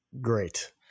great